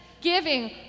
giving